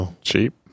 Cheap